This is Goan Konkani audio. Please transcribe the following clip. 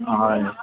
हय